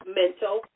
mental